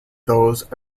those